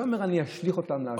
הוא היה אומר: אני אשליך אותם לאשפה.